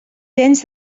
gens